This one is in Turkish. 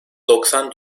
doksan